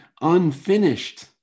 unfinished